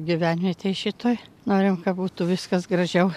gyvenvietėj šitoj norėjau kad būtų viskas gražiau